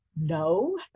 no